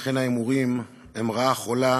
אכן, ההימורים הם רעה חולה